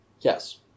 Yes